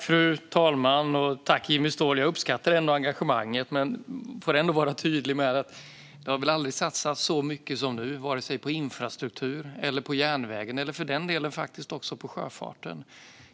Fru talman! Tack, Jimmy Ståhl! Jag uppskattar engagemanget. Men låt mig ändå vara tydlig med att det väl aldrig har satsats så mycket som nu på vare sig infrastruktur, järnvägen eller för den delen sjöfarten.